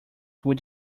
would